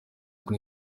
kuri